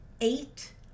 Eight